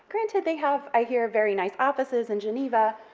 granted, they have, i hear, very nice offices in geneva,